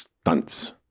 stunts